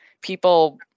people